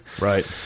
Right